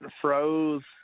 froze